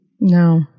No